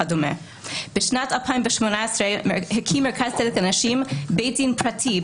בשנת 2018 הקים מרכז צדק לנשים בית דין פרטי,